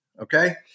okay